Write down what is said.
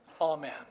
Amen